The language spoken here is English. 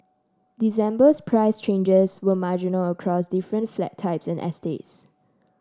December's price changes were marginal across different flat types and estates